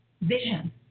vision